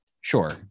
Sure